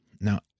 Now